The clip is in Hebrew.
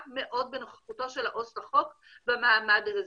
מאוד בנוכחותה של העובדת הסוציאלית לחוק במעמד הזה.